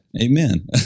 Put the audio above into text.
Amen